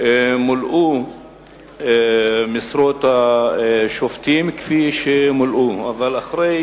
מולאו משרות השופטים כפי שמולאו, אבל אחרי